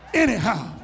anyhow